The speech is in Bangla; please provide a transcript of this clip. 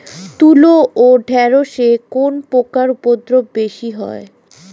তুলো ও ঢেঁড়সে কোন পোকার উপদ্রব বেশি হয়?